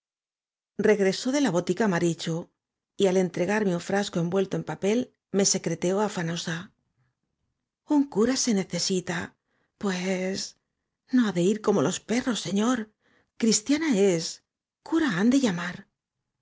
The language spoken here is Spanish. regresó de la botica marichu y al entregarme un frasco envuelto en papel me secreteó afanosa un cura se nesesita pues no ha de ir como los perros señor cristiana es cura han de llamar